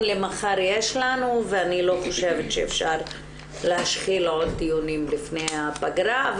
למחר יש לנו ואני לא חושבת שאפשר להשחיל עוד דיונים לפני הפגרה,